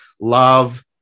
love